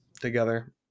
together